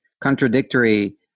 contradictory